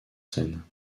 scène